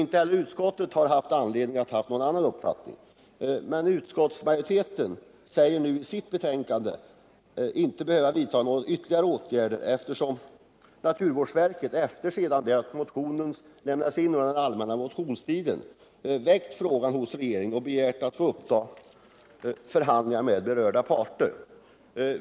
Inte heller inom utskottet har man haft någon annan uppfattning. Utskottsmajoriteten säger emellertid att man inte behöver vidta några ytterligare åtgärder, eftersom naturvårdsverket, efter det att motionen lämnades in under den allmänna motionstiden, väckt frågan hos regeringen och begärt att få ta upp förhandlingar med de berörda = Nr 48 parterna.